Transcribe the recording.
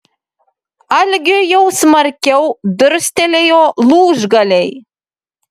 algiui jau smarkiau durstelėjo lūžgaliai